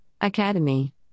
Academy